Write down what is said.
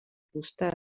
fusta